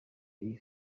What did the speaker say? iyi